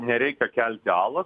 nereikia kelti ala